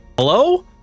Hello